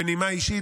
בנימה אישית,